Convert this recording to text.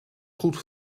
goed